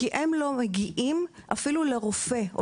כי הם לא מגיעים אפילו לרופא,